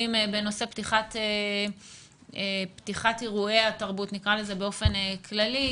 בנושא פתיחת אירועי התרבות באופן כללי,